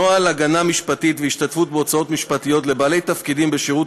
נוהל הגנה משפטית והשתתפות בהוצאות משפטיות לבעלי תפקידים בשירות